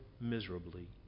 miserably